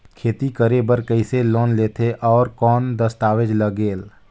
खेती करे बर कइसे लोन लेथे और कौन दस्तावेज लगेल?